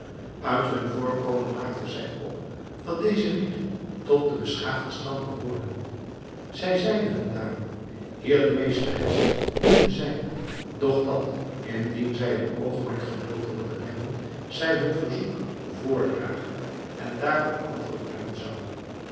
uit hun voorkomen maakte zij op dat deze lieden tot den beschaafden stand behoorden zij zeide hun daarom hier de meesteres niet te zijn doch dat indien zij een oogenblik geduld wilden hebben zij hun verzoek voordragen en daarop antwoord brengen zou